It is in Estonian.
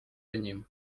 enim